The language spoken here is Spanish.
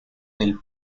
del